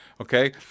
okay